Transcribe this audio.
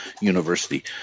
University